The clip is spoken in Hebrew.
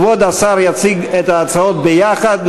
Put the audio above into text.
כבוד השר יציג את ההצעות ביחד.